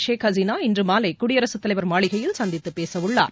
ஷேக் ஹசீனா இன்று மாலை குடியரசுத் தலைவர் மாளிகையில் சந்தித்து பேச உள்ளார்